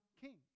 king